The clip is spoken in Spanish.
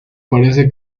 parece